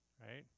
right